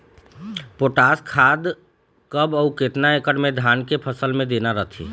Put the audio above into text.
Potash खाद कब अऊ केतना एकड़ मे धान के फसल मे देना रथे?